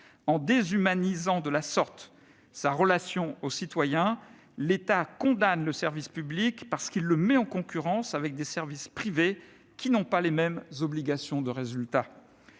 En déshumanisant de la sorte sa relation aux citoyens, l'État condamne le service public, parce qu'il le met en concurrence avec des services privés, qui n'ont pas les mêmes obligations de résultat.